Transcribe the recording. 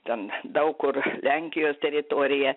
ten daug kur lenkijos teritorija